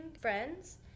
Friends